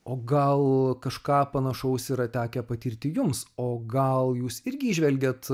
o gal kažką panašaus yra tekę patirti jums o gal jūs irgi įžvelgiat